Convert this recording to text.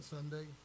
Sunday